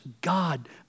God